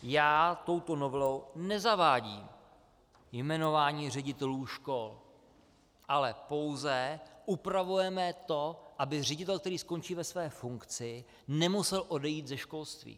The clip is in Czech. Já touto novelou nezavádím jmenování ředitelů škol, ale pouze upravujeme to, aby ředitel, který skončí ve své funkci, nemusel odejít ze školství.